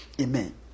amen